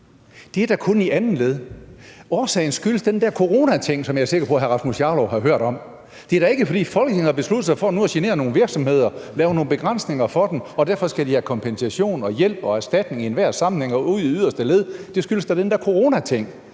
det da kun i andet led. Årsagen er den der coronating, som jeg er sikker på at hr. Rasmus Jarlov har hørt om. Det er da ikke, fordi Folketinget nu har besluttet sig for at genere nogle virksomheder og lave nogle begrænsninger for dem, og at de derfor skal have kompensation og hjælp og erstatning i enhver sammenhæng og ud i yderste led. Det skyldes da den der coronating.